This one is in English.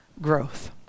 growth